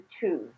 choose